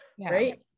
right